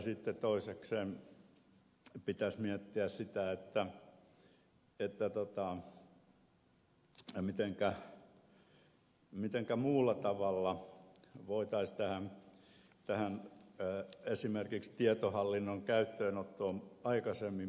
sitten toisekseen pitäisi miettiä sitä mitenkä muulla tavalla voitaisiin esimerkiksi tähän tietohallinnon käyttöönottoon sen aikaistamiseen puuttua